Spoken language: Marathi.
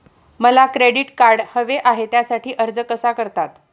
मला क्रेडिट कार्ड हवे आहे त्यासाठी अर्ज कसा करतात?